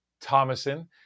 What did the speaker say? Thomason